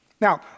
Now